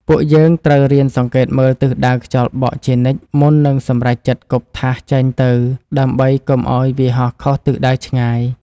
ពួកយើងត្រូវរៀនសង្កេតមើលទិសដៅខ្យល់បក់ជានិច្ចមុននឹងសម្រេចចិត្តគប់ថាសចេញទៅដើម្បីកុំឱ្យវាហោះខុសទិសដៅឆ្ងាយ។